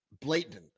blatant